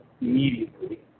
immediately